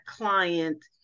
client